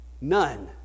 None